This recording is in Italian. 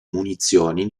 munizioni